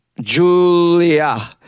Julia